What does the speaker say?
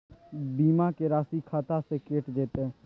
बीमा के राशि खाता से कैट जेतै?